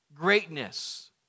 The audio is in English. greatness